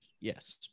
yes